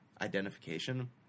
identification